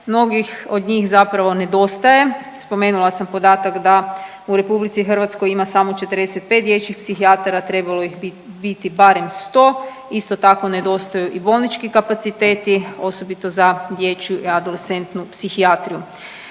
mnogih od njih zapravo nedostaje. Spomenula sam podatak da u RH ima samo 45 dječjih psihijatara, trebalo bi ih biti barem 100, isto tako nedostaju i bolnički kapaciteti, osobito za dječju i adolescentnu psihijatriju.